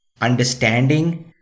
understanding